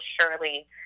surely